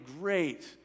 great